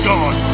God